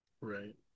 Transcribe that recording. Right